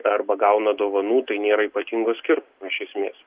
arba gauna dovanų tai nėra ypatingo skirtumo iš esmės